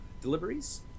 deliveries